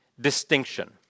distinction